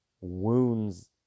wounds